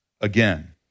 again